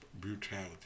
brutality